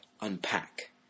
unpack